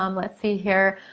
um let's see here.